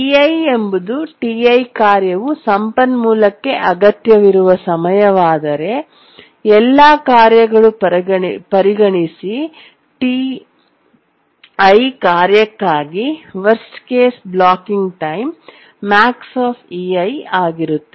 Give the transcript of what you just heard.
ei ಎಂಬುದು Ti ಕಾರ್ಯವು ಸಂಪನ್ಮೂಲಕ್ಕೆ ಅಗತ್ಯವಿರುವ ಸಮಯವಾದರೆ ಎಲ್ಲಾ ಕಾರ್ಯಗಳನ್ನು ಪರಿಗಣಿಸಿ Ti ಕಾರ್ಯಕ್ಕಾಗಿ worst case blocking time max ಆಗಿರುತ್ತದೆ